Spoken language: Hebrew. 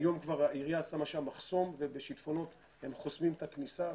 והיום העירייה שמה שם מחסום ובשיטפונות היא חוסמת את הכניסה.